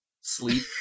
sleep